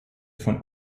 von